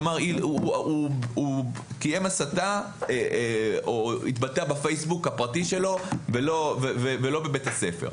כלומר הוא קיים הסתה או התבטא בפייסבוק הפרטי שלו ולא בבית הספר.